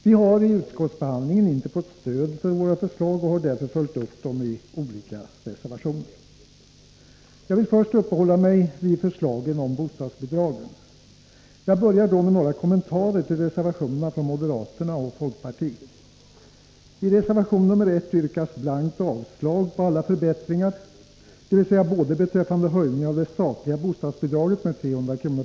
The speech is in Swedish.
Vi har i utskottsbehandlingen inte fått stöd för våra förslag och har därför följt upp dem i olika reservationer. Jag vill först uppehålla mig vid förslagen om bostadsbidragen. Jag börjar då med några kommentarer till reservationerna från moderaterna och folkpartiet. I reservation nr 1 yrkas blankt avslag på alla förbättringar, dvs. både beträffande höjningen av det statliga bostadsbidraget med 300 kr.